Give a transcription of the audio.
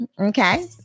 okay